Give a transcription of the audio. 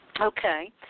Okay